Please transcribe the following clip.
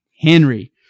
Henry